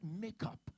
makeup